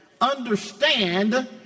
understand